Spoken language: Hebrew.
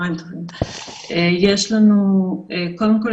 קודם כול,